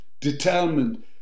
determined